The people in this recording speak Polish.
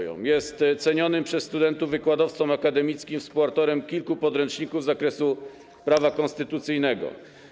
Jest cenionym przez studentów wykładowcą akademickim, współautorem kilku podręczników z zakresu prawa konstytucyjnego.